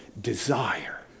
desire